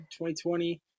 2020